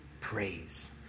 Praise